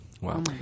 Wow